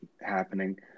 happening